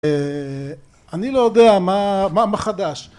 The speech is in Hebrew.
אה..אני לא יודע מה, מה חדש